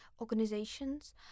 organizations